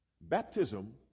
Baptism